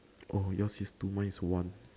oh yours is two mine is one